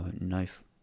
knife